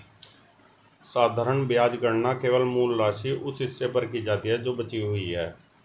साधारण ब्याज गणना केवल मूल राशि, उस हिस्से पर की जाती है जो बची हुई है